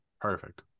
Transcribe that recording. perfect